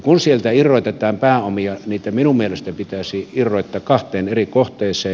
kun sieltä irrotetaan pääomia niitä minun mielestäni pitäisi irrottaa kahteen eri kohteeseen